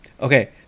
Okay